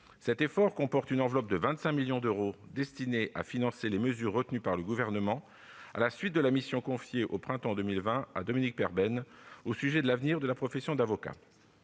un effort qui intègre une enveloppe de 25 millions d'euros destinée à financer les mesures retenues par le Gouvernement à la suite de la mission confiée au printemps dernier à Dominique Perben au sujet de l'avenir de la profession d'avocat.